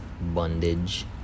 bondage